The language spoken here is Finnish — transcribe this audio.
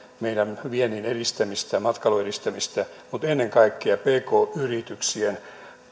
meidän viennin edistämistä matkailun edistämistä mutta ennen kaikkea pk yrityksien